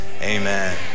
amen